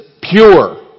pure